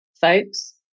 folks